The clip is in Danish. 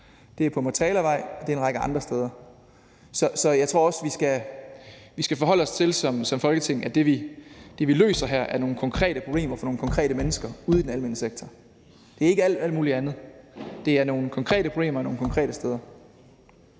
Det er på Motalavej og en række andre steder. Så jeg tror også, vi som Folketing skal forholde os til, at det, vi løser her, er nogle konkrete problemer for nogle konkrete mennesker ude i den almene sektor. Det er ikke alt muligt andet. Det er nogle konkrete problemer nogle konkrete steder.